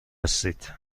هستید